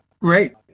Great